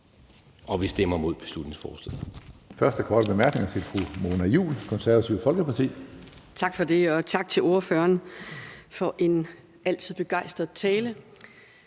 Vi stemmer imod beslutningsforslaget.